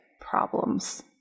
problems